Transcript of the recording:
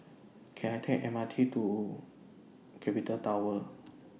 Can I Take M R T to Capital Tower